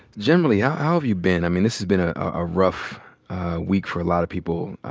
generally, yeah how have you been? i mean, this has been ah a rough week for a lot of people.